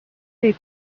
they